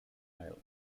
island